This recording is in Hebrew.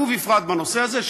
ובפרט בנושא הזה,